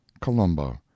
colombo